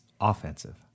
offensive